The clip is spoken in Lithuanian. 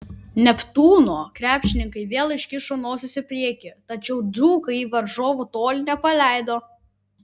neptūno krepšininkai vėl iškišo nosis į priekį tačiau dzūkai varžovų toli nepaleido